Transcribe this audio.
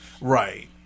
right